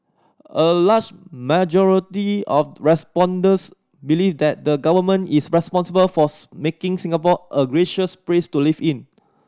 a large majority of respondents believe that the Government is responsible for making Singapore a gracious place to live in